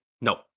No